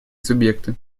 субъекты